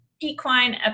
equine